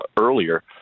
earlier